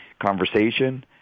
conversation